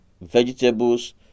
vegetables